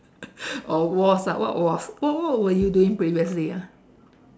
oh was ah what was what what were you doing previously ah